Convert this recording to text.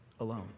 Alone